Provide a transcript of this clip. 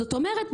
זאת אומרת,